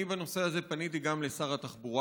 אני פניתי בנושא הזה גם לשר התחבורה,